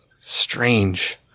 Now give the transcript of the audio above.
strange